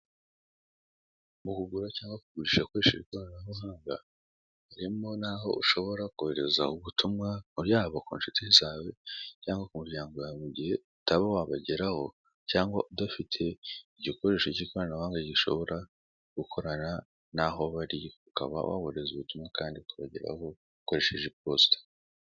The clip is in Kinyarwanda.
Mu kugura cyangwa kugurisha ukoreshe ikoranabuhanga harimo n'aho ushobora kohereza ubutumwa yaba ku nshuti zawe cyangwa ku muryango wawe mugihe utaba wabageraho cyangwa udafite igikoresho cy'ikoranabuhanga gishobora gukorana naho bari ukaba waboherereza ubutumwa kandi bukabageraho ukoresheje iposita.